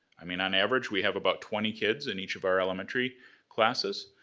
i mean, on average, we have about twenty kids in each of our elementary classes.